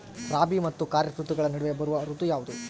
ರಾಬಿ ಮತ್ತು ಖಾರೇಫ್ ಋತುಗಳ ನಡುವೆ ಬರುವ ಋತು ಯಾವುದು?